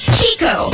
Chico